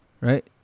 right